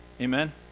Amen